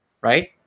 right